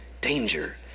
danger